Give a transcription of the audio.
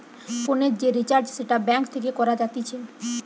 ফোনের যে রিচার্জ সেটা ব্যাঙ্ক থেকে করা যাতিছে